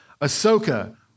Ahsoka